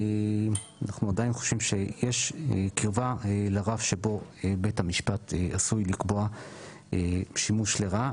אנחנו עדיין חושבים שיש קרבה לרף שבו בית המשפט עשוי לקבוע שימוש לרעה,